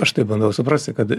aš taip bandau suprasti kad